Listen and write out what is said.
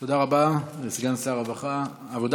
תודה רבה לסגן שר העבודה,